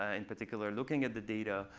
ah in particular, looking at the data,